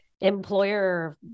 employer